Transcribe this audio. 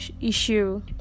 issue